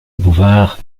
bouvard